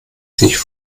sich